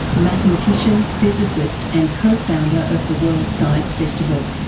mathematician, physicist and co-founder of the world science festival.